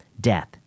death